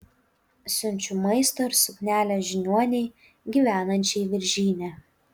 siunčiu maisto ir suknelę žiniuonei gyvenančiai viržyne